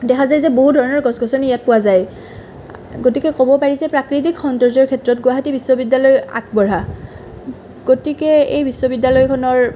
দেখা যায় যে বহু ধৰণৰ গছ গছনি ইয়াত পোৱা যায় গতিকে ক'ব পাৰি যে প্ৰাকৃতিক সৌন্দৰ্যৰ ক্ষেত্ৰত গুৱাহাটী বিশ্ববিদ্যালয় আগবঢ়া গতিকে এই বিশ্ববিদ্যালয়খনৰ